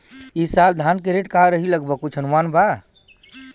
ई साल धान के रेट का रही लगभग कुछ अनुमान बा?